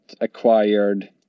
acquired